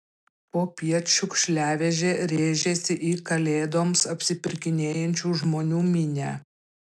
popiet šiukšliavežė rėžėsi į kalėdoms apsipirkinėjančių žmonių minią